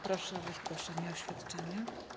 Proszę o wygłoszenie oświadczenia.